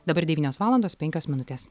dabar devynios valandos penkios minutės